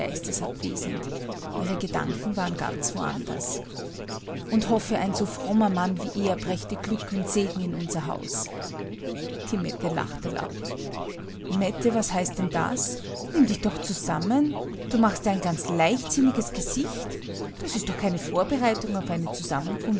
geistesabwesend ihre gedanken waren ganz wo anders und ich hoffte ein so frommer mann wie er brächte glück und segen in unser haus die mette lachte laut mette was heißt denn das nimm dich doch zusammen du machst ja ein ganz leichtsinniges gesicht das ist doch keine vorbereitung für eine zusammenkunft